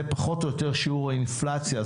זה פחות או יותר שיעור האינפלציה,